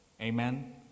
Amen